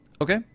Okay